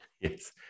Yes